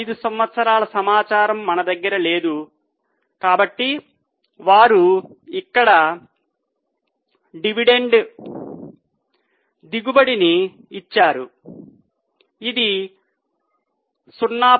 ఐదు సంవత్సరముల సమాచారం మన దగ్గర లేదు కాబట్టి వారు ఇక్కడ డివిడెండ్ దిగుబడిని ఇచ్చారు ఇది 0